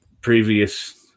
previous